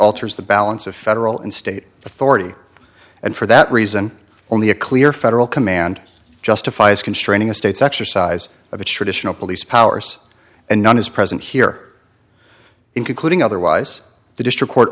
alters the balance of federal and state authority and for that reason only a clear federal command justifies constraining a state's exercise of its traditional police powers and none is present here in concluding otherwise the district court